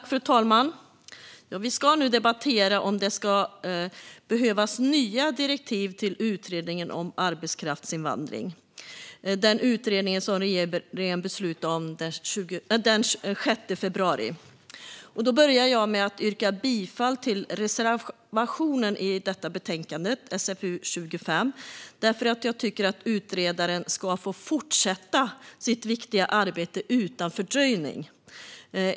Fru talman! Vi ska nu debattera om det behövs nya direktiv till utredningen om arbetskraftsinvandring, den utredning som regeringen beslutade om den 6 februari. Jag börjar med att yrka bifall till reservationen i betänkande SfU25, eftersom jag tycker att utredaren ska få fortsätta sitt viktiga arbete utan fördröjning.